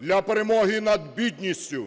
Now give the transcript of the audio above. Для перемоги над бідністю